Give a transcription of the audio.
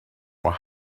were